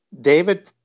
David